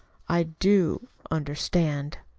i do understand.